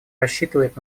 рассчитывает